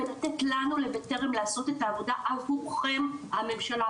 ולתת לנו לבטרם לעשות את העבודה עבורכם הממשלה,